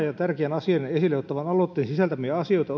ottavan aloitteen sisältämiä asioita